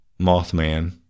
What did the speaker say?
mothman